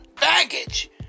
baggage